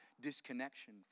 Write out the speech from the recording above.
disconnection